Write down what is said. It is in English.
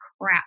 crap